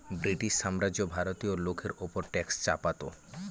British সাম্রাজ্য ভারতীয় লোকের ওপর ট্যাক্স চাপাতো